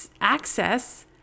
access